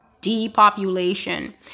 depopulation